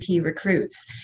recruits